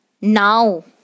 now